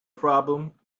problem